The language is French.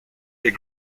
est